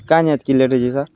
କାଁ ଯେ ଏତ୍କି ଲେଟ୍ ହଉଛେ ସାର୍